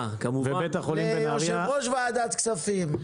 ליושב-ראש ועדת כספים.